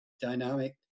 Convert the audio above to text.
dynamic